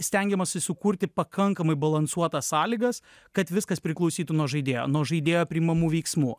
stengiamasi sukurti pakankamai balansuotas sąlygas kad viskas priklausytų nuo žaidėjo nuo žaidėjo priimamų veiksmų